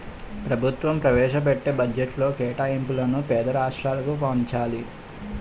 ప్రభుత్వం ప్రవేశపెట్టే బడ్జెట్లో కేటాయింపులను పేద రాష్ట్రాలకు పంచాలి